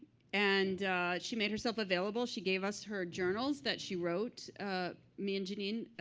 and she made herself available. she gave us her journals that she wrote me and jeanine,